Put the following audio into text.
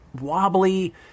wobbly